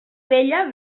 vella